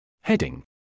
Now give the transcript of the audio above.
Heading